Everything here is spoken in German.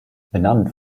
benannt